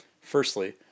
Firstly